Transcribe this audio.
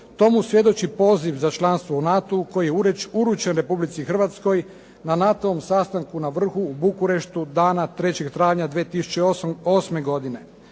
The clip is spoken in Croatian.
tomu svjedoči poziv za članstvo u NATO-u koji je uručen u Republici Hrvatskoj na NATO-vom sastanku na Vrhu u Bukureštu dana 3. travnja 2008. godine.